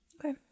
Okay